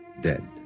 dead